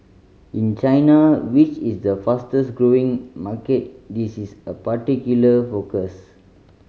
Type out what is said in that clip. in China which is the fastest growing market this is a particular focus